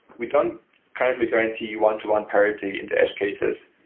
we don't currently guarantee one-to-one parity into edge cases,